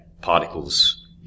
particles